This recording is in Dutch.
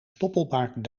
stoppelbaard